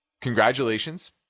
congratulations